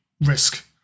risk